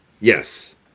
Yes